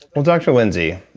well dr. lindsey,